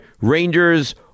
rangers